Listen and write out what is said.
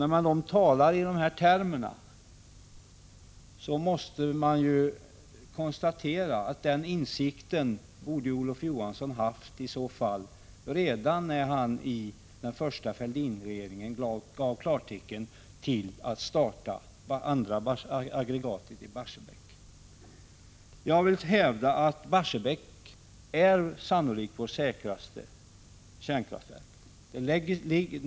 När han talar i dessa termer måste man konstatera att denna insikt borde Olof Johansson ha haft redan när han i den första Fälldinregeringen gav klartecken till att starta det andra aggregatet i Barsebäck. Jag vill hävda att Barsebäck sannolikt är vårt säkraste kärnkraftverk.